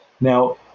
Now